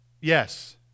yes